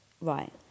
Right